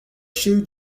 cheio